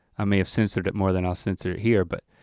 i may have censored it more than i'll censor it here, but